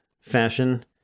fashion